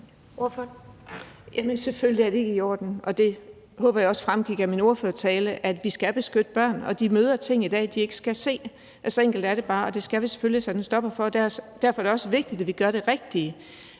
Selvfølgelig er det ikke i orden, og jeg håber også, det fremgik af min ordførertale, at vi skal beskytte børn, og at de møder ting i dag, de ikke skal se – så enkelt er det bare – og det skal vi selvfølgelig have sat en stopper for, og derfor er det også vigtigt, at vi gør det rigtige.